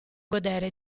godere